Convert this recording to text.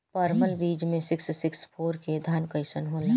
परमल बीज मे सिक्स सिक्स फोर के धान कईसन होला?